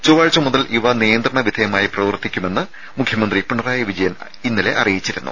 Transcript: ചൊവ്വാഴ്ച മുതൽ ഇവ നിയന്ത്രണ വിധേയമായി പ്രവർത്തിക്കാമെന്ന് മുഖ്യമന്ത്രി പിണറായി വിജയൻ ഇന്നലെ അറിയിച്ചിരുന്നു